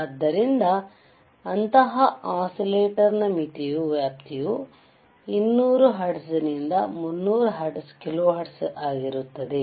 ಆದ್ದರಿಂದ ಅಂತಹ ಒಸಿಲೇಟಾರ್ನ ಮಿತಿಯ ವ್ಯಾಪ್ತಿಯು 200 ಹರ್ಟ್ಜ್ ನಿಂದ 300 ಕಿಲೋಹರ್ಟ್ಜ್ ಆಗಿರುತ್ತದೆ